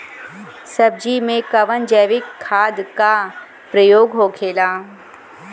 सब्जी में कवन जैविक खाद का प्रयोग होखेला?